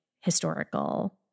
historical